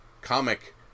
Comic